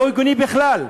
הוא לא הגיוני בכלל.